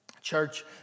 Church